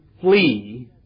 flee